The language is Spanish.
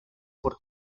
por